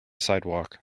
sidewalk